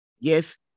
Yes